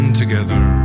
together